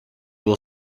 will